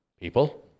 people